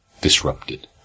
disrupted